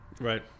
right